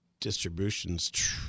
distributions